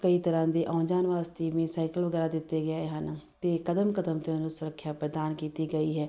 ਕਈ ਤਰ੍ਹਾਂ ਦੇ ਆਉਣ ਜਾਣ ਵਾਸਤੇ ਮੀਨਸ ਸਾਈਕਲ ਵਗੈਰਾ ਦਿੱਤੇ ਗਏ ਹਨ ਅਤੇ ਕਦਮ ਕਦਮ 'ਤੇ ਉਹਨੂੰ ਸੁਰੱਖਿਆ ਪ੍ਰਦਾਨ ਕੀਤੀ ਗਈ ਹੈ